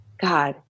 God